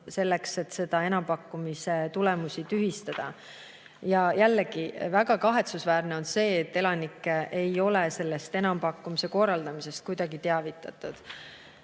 selleks, et selle enampakkumise tulemusi tühistada. Jällegi, väga kahetsusväärne on see, et elanikke ei ole sellest enampakkumise korraldamisest kuidagi teavitatud.